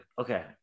okay